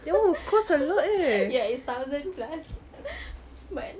ya it's thousand plus but